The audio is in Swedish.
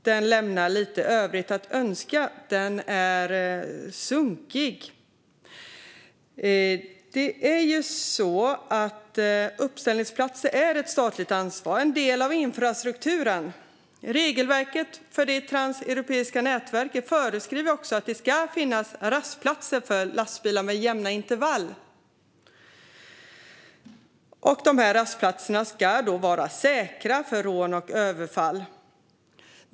Den lämnar lite i övrigt att önska - den är sunkig. Uppställningsplatser är ett statligt ansvar och en del av infrastrukturen. Regelverket för det transeuropeiska nätverket föreskriver att det ska finnas rastplatser för lastbilar med jämna intervall. Dessa rastplatser ska vara säkra mot rån och överfall.